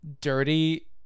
dirty